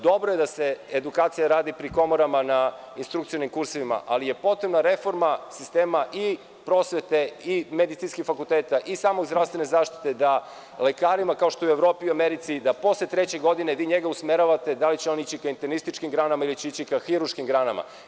Dobro je da se edukacija radi pri komorama na instrukcionim kursevima, ali je potrebna reforma sistema i prosvete i medicinskih fakulteta i same zdravstvene zaštite, da lekarima, kao što je u Evropi i Americi, da posle treće godine vi njega usmeravate da li će on ići ka internističkim granama ili će ići ka hirurškim granama.